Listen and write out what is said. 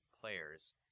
Players